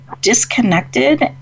disconnected